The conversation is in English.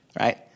right